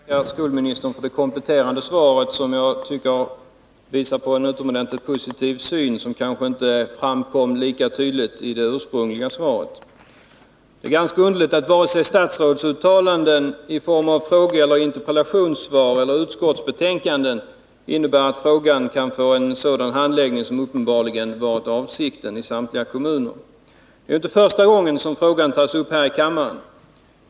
Herr talman! Jag får tacka skolministern för det kompletterande svaret, som jag tycker visar på en utomordentligt positiv syn, som kanske inte framkom lika tydligt i det ursprungliga svaret. Det är ganska underligt att varken statsrådsuttalanden i frågeoch interpellationsdebatter eller uttalanden i utskottsbetänkanden innebär att frågan kan få en sådan handläggning i samtliga kommuner som uppenbarligen varit avsikten. Det är inte första gången som frågan tas upp här i kammaren.